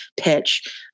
pitch